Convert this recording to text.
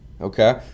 okay